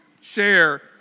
share